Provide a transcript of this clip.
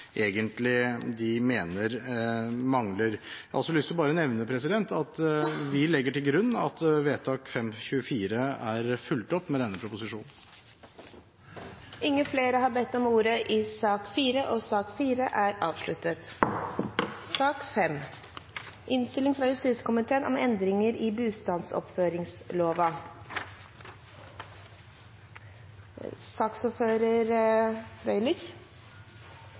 de egentlig mener mangler. Jeg har også lyst til å nevne at vi legger til grunn at vedtak 524 er fulgt opp med denne proposisjonen. Flere har ikke bedt om ordet til sak nr. 4. Bakgrunnen for saken er